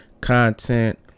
content